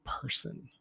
person